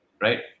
right